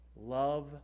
love